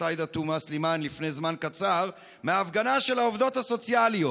עאידה תומא סלימאן לפני זמן קצר מההפגנה של העובדות הסוציאליות.